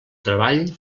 treball